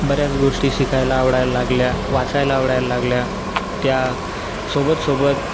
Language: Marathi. बऱ्याच गोष्टी शिकायला आवडायला लागल्या वाचायला आवडायला लागल्या त्या सोबत सोबत